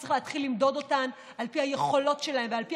צריך להתחיל למדוד אותן על פי היכולות שלהן ועל פי